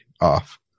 off